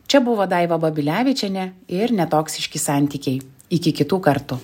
čia buvo daiva babilevičienė ir netoksiški santykiai iki kitų kartų